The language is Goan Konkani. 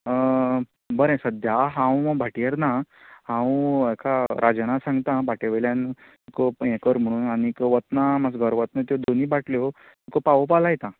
बरें सद्द्या हांव भाटयेर ना हांव हेका राजना सांगता भाटये वयल्यान को हें कर म्हुणून आनीक वत्ना म्हाका घर वत्ना त्यो दोनी बाटल्यो तुका पावोपा लायता